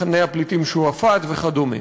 מחנה הפליטים שועפאט וכדומה.